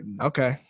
Okay